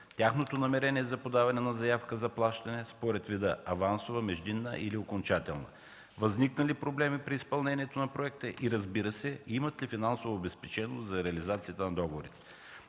тяхното намерение за подаване на заявка за плащане според вида – авансова, междинна или окончателна, възникнали проблеми при изпълнението на проекта и, разбира се, имат ли финансова обезпеченост за реализацията на договорите.